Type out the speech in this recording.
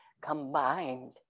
combined